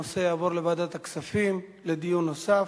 הנושא יעבור לוועדת הכספים לדיון נוסף,